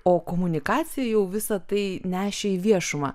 o komunikacija jau visa tai nešė į viešumą